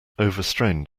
overstrained